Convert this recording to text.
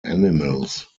animals